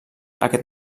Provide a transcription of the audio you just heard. aquest